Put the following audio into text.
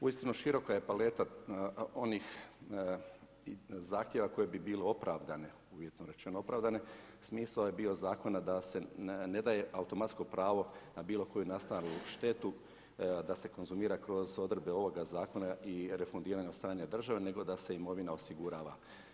Uistinu široka je paleta onih zahtjeva koje bi bili opravdane, uvjetno rečeno opravdane, smisao je bio zakona da se ne daje automatsko pravo na bilo koju nastajalu štetu da se konzumira kroz odredbe ovoga zakona i refundira od strane države, nego da se imovina osigurava.